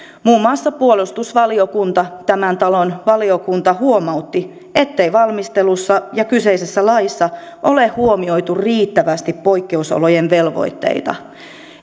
muun muassa puolustusvaliokunta tämän talon valiokunta huomautti ettei valmistelussa ja kyseisessä laissa ole huomioitu riittävästi poikkeusolojen velvoitteita